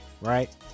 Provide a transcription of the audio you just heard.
right